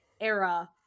era